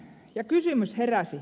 niin kysymys heräsi